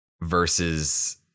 versus